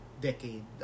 decade